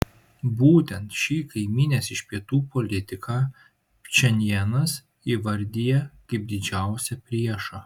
būtent šį kaimynės iš pietų politiką pchenjanas įvardija kaip didžiausią priešą